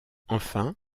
enfin